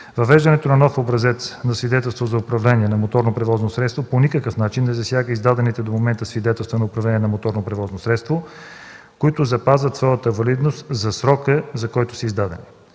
Въвеждането на нов образец на свидетелство за управление на моторно превозно средство по никакъв начин не засяга издадените до момента свидетелства за управление на моторно превозно средство, които запазват своята валидност за срока, за който са издадени.